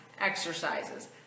exercises